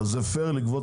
אבל זה פייר לגבות